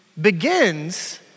begins